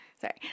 sorry